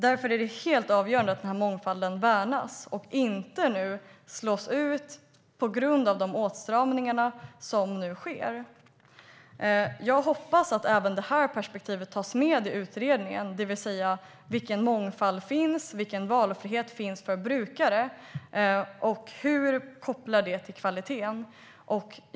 Därför är det helt avgörande att mångfalden värnas och inte slås ut på grund av de åtstramningar som sker. Jag hoppas att även detta perspektiv tas med i utredningen, det vill säga vilken mångfald och valfrihet som finns för brukare och hur det kopplas till kvaliteten.